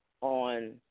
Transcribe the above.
on